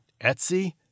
Etsy